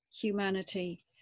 humanity